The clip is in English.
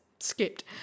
Skipped